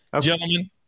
Gentlemen